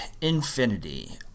Infinity